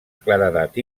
claredat